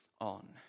on